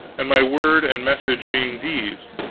and my word and message being these,